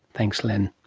thanks len.